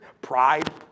Pride